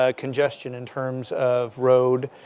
ah congestion in terms of road.